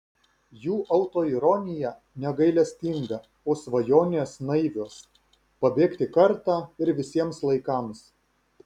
jų autoironija negailestinga o svajonės naivios pabėgti kartą ir visiems laikams